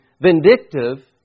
vindictive